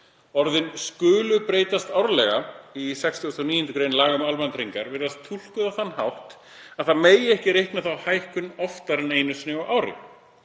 Orðin „skulu breytast árlega“ í 69. gr. laga um almannatryggingar virðast túlkuð á þann hátt að það megi ekki reikna þá hækkun oftar en einu sinni á ári.